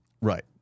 right